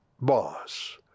boss